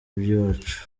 iby’iwacu